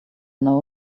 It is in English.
know